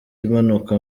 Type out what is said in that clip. imanuka